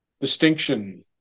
distinction